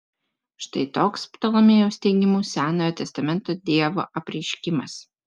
štai toks ptolomėjaus teigimu senojo testamento dievo apreiškimas